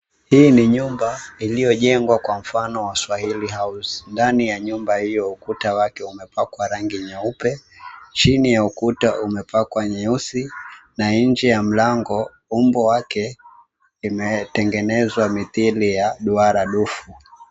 Hii ni nyumba iliyojengwa kwa mfano wa Swahili [cp]house[cp]. Ndani ya nyumba hiyo ukuta umepakwa rangi nyeupe. Chini ya ukuta umepakwa nyeusi na nje ya mlango umbo lake limetengenezwa mithili ya duara dufu.